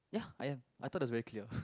ya I am I thought that's very clear